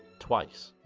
twice.